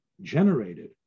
generated